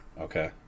Okay